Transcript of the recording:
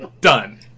Done